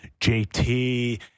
JT